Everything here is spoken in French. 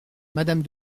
madame